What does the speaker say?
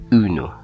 uno